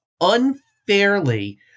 unfairly